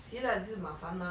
then like that do is 麻烦 mah